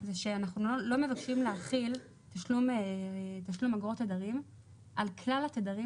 זה שאנחנו לא מבקשים להחיל תשלום אגרות תדרים על כלל התדרים